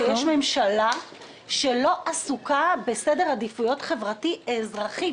שיש ממשלה שלא עסוקה בסדר עדיפויות חברתי אזרחי.